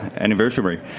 anniversary